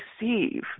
receive